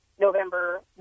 November